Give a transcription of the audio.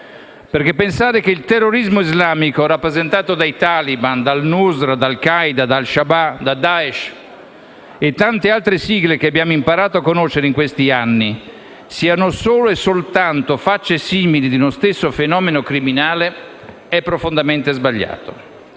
i rappresentanti del terrorismo islamico, i taliban, al-Nusra, al-Qaeda, al-Shabaab, Daesh e tante altre sigle che abbiamo imparato a conoscere in questi anni siano solo e soltanto facce simili di uno stesso fenomeno criminale è profondamente sbagliato,